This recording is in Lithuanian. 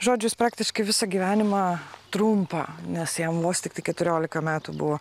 žodžiu jis praktiškai visą gyvenimą trumpą nes jam vos tiktai keturiolika metų buvo